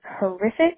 horrific